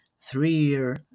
three-year